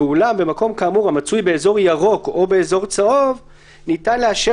ואולם במקום כאמור המצוי באזור ירוק או באזור צהוב ניתן לאשר